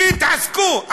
שיתעסקו,